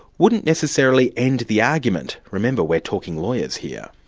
wouldn't necessarily end the argument. remember, we're talking lawyers here.